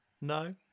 no